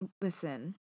Listen